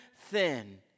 thin